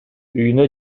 үйүнө